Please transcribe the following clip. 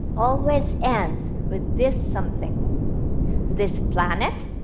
always ends with this something this planet,